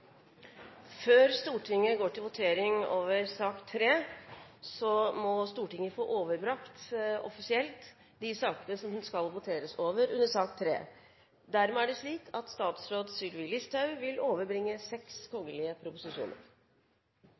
Før Stortinget går til votering over sak nr. 3, må Stortinget få overbrakt offisielt de sakene som det skal voteres over under sak nr. 3. Statsråd Sylvi Listhaug vil overbringe 6 kgl. proposisjoner.